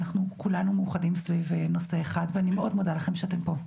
ואנחנו כולנו מאוחדים סביב נושא אחד ואני מאוד מודה לכם שאתם פה.